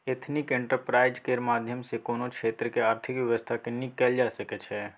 ethnic enterprise केर माध्यम सँ कोनो क्षेत्रक आर्थिक बेबस्था केँ नीक कएल जा सकै छै